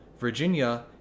Virginia